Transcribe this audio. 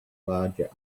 larger